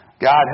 God